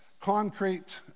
concrete